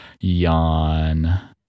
yawn